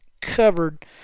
covered